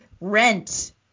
Rent